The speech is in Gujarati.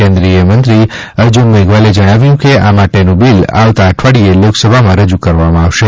કેન્દ્રીય મંત્રી અર્જુન મેઘવાલે જણાવ્યું કે આ માટેનું બિલ આવતા અઠવાડિયે લોકસભામાં રજૂ કરવામાં આવશે